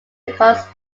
becomes